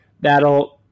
that'll –